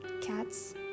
cats